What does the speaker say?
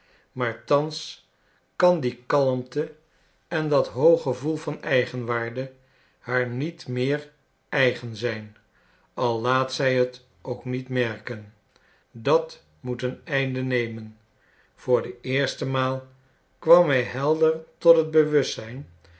maar thans kan die kalmte en dat hoog gevoel van eigenwaarde haar niet meer eigen zijn al laat zij het ook niet merken dat moet een einde nemen voor de eerste maal kwam hij helder tot het bewustzijn